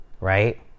right